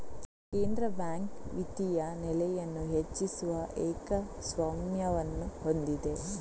ಕೇಂದ್ರ ಬ್ಯಾಂಕ್ ವಿತ್ತೀಯ ನೆಲೆಯನ್ನು ಹೆಚ್ಚಿಸುವ ಏಕಸ್ವಾಮ್ಯವನ್ನು ಹೊಂದಿದೆ